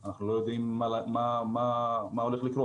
אנחנו לא יודעים מה הולך לקרות.